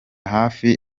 hafi